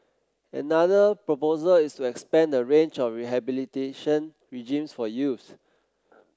another proposal is to expand the range of rehabilitation regimes for youths